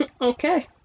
Okay